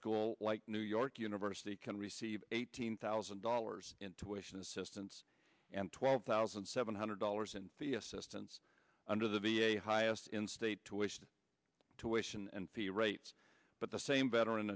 school like new york university can receive eighteen thousand dollars in tuition assistance and twelve thousand seven hundred dollars in the assistance under the v a highest instate tuition to wish and the rates but the same veteran